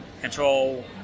control